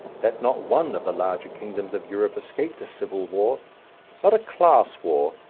that not one of the larger kingdoms of europe escaped a civil war not a class war,